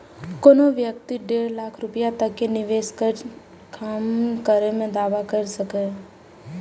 कोनो व्यक्ति डेढ़ लाख रुपैया तक के निवेश पर कर कम करै के दावा कैर सकैए